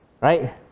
right